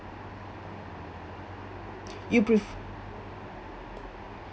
you prefer